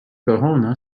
corona